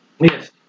Yes